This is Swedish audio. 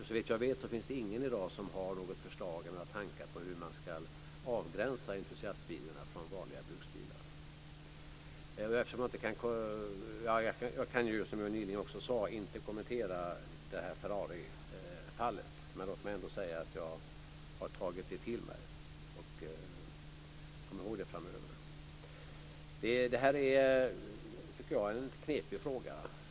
Såvitt jag vet finns det ingen i dag som har något förslag eller några tankar på hur man ska avgränsa entusiastbilarna från vanliga bruksbilar. Jag kan ju, som jag nyligen sade, inte kommentera det här Ferrarifallet. Men låt mig ändå säga att jag har tagit det till mig. Kom ihåg det framöver! Jag tycker att det här är en lite knepig fråga.